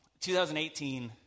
2018